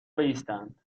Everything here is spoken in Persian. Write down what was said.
بایستند